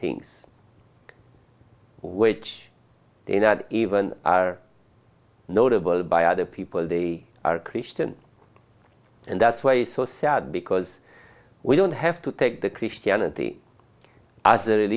things which they not even are notable by other people they are christian and that's why it's so sad because we don't have to take the christianity